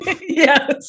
Yes